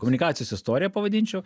komunikacijos istorija pavadinčiau